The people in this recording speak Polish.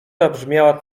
zabrzmiała